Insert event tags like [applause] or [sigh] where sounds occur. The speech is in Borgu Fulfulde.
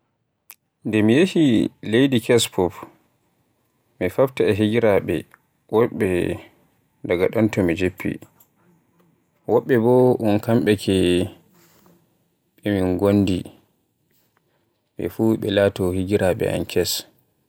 Nden mi yeehi gari kes fuf e mi fofta e higiraaɓe woɓɓe daga ɗon to mi jiffi Woɓɓe bo un kamɓe ke ɓe min gondi ɓe fuf ɓe laato higiraaɓe am kes. [hesitation]